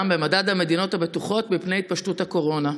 במדד המדינות הבטוחות מפני התפשטות קורונה.